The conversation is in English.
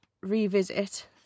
revisit